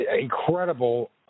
incredible